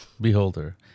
beholder